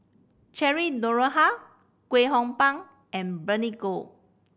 Cheryl Noronha Kwek Hong Png and Bernice Ong